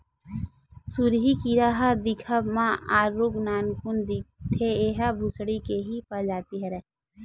सुरही कीरा ह दिखब म आरुग नानकुन दिखथे, ऐहा भूसड़ी के ही परजाति हरय